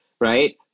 right